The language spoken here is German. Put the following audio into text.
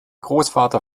großvater